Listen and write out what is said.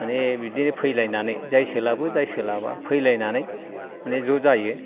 माने बिदि फैलायनानै जाय सोलाबो जाय सोलाबा फैलायनानै माने ज' जायो